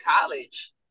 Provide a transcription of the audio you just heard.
college